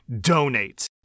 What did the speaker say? Donate